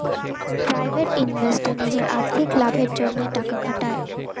private investor নিজের আর্থিক লাভের জন্যে টাকা খাটায়